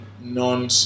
non